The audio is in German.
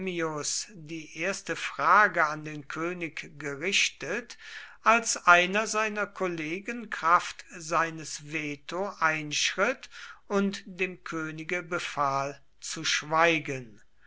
die erste frage an den könig gerichtet als einer seiner kollegen kraft seines veto einschritt und dem könige befahl zu schweigen